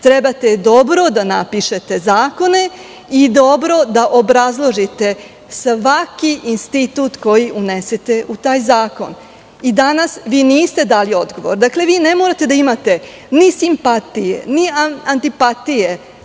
trebate dobro da napišete zakone i dobro da obrazložite svaki institut koji unesete u taj zakon. Danas vi niste dali odgovor. Vi ne morate da imate ni simpatije, ni antipatije